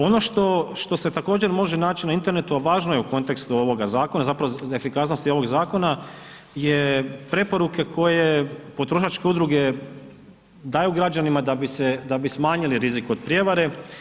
Ono što, što se također može naći na internetu, a važno je u kontekstu ovoga zakona, zapravo za efikasnosti ovog zakona je preporuke koje potrošačke udruge daju građanima da bi se, da bi smanjili rizik od prijevare.